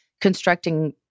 constructing